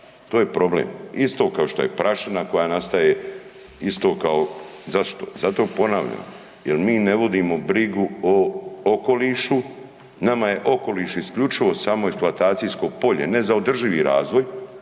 To je problem. Isto kao što je prašina koja nastaje, isto kao, zašto, zato ponavljam jer mi ne vodimo brigu o okolišu nama je okoliš isključivo samo eksploatacijsko polje ne za održivi razvoj